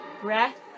breath